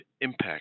impact